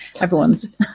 everyone's